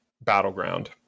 battleground